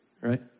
right